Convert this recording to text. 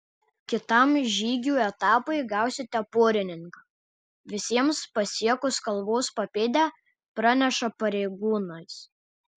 kitam žygių etapui gausite porininką visiems pasiekus kalvos papėdę praneša pareigūnas